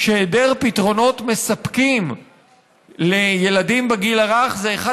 שהיעדר פתרונות מספקים לילדים בגיל הרך זה אחד